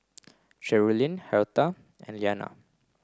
cherilyn Hertha and Leanna